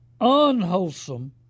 unwholesome